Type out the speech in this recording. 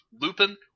Lupin